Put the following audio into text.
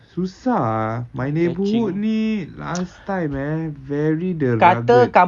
susah ah my neighbourhood ni last time eh very the rugged